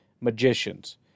magicians